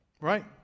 right